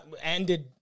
ended